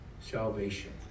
salvation